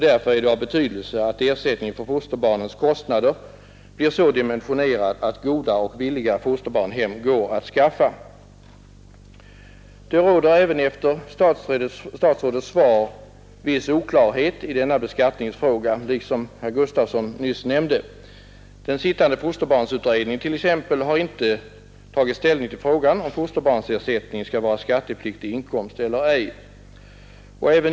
Därför är det av betydelse att ersättningen för fosterbarnens kostnader blir så dimensionerad att goda och villiga fosterföräldrar går att skaffa. Det råder även efter statsrådets svar viss oklarhet i denna beskattningsfråga, såsom även herr Gustavsson i Alvesta nämnde. Den sittande fosterbarnsutredningen har t.ex. ännu inte tagit ställning till frågan om fosterbarnsersättningen skall vara skattepliktig inkomst eller ej.